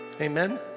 Amen